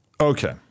Okay